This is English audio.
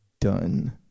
done